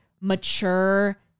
mature